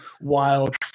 wild